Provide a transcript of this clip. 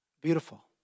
Beautiful